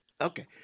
Okay